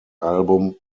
album